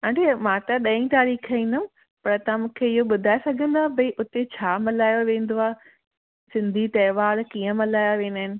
aunty मां त ॾहीं तारीख़ ईंदमि पर तव्हां मूंखे इहो ॿुधाए सघंदा भई हुते छा मल्हायो वेंदो आहे सिंधी तहिवार कीअं मल्हाया वेंदा आहिनि